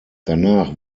danach